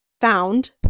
found